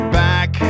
back